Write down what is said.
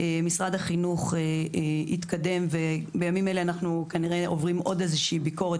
משרד החינוך התקדם ובימים אלה אנחנו כנראה עוברים עוד ביקורת,